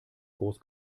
groß